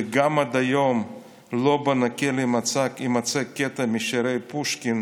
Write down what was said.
וגם עד היום לא בנקל יימצא קטע משירי פושקין